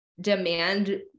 demand